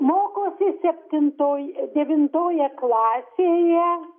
mokosi septintoj devintoje klasėje